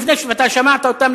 ואתה שמעת אותם,